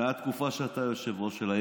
בתקופה שאתה יושב-ראש שלה.